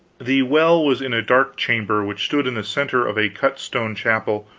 the well was in a dark chamber which stood in the center of a cut-stone chapel,